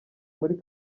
muri